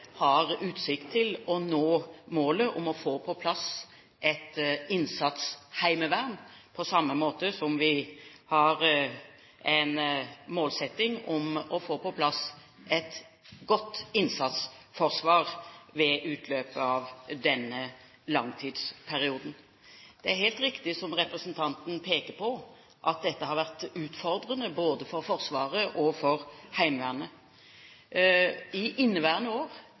har utsikt til å nå målet om å få på plass et innsatsheimevern på samme måte som vi har en målsetting om å få på plass et godt innsatsforsvar ved utløpet av denne langtidsperioden. Det er helt riktig, som representanten peker på, at dette har vært utfordrende både for Forsvaret og for Heimevernet. I inneværende år